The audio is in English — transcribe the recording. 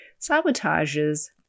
sabotages